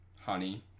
honey